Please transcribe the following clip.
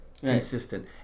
Consistent